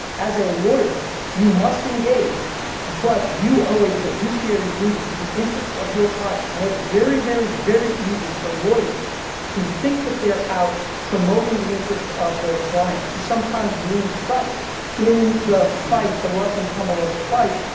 as a lawyer you must engage but you owe a fiduciary duty to the interests of your client. and it's very, very, very easy for lawyers who think that they're out promoting the interests of their client to sometimes lose sight in the fight, the rough and tumble of the fight,